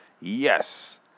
yes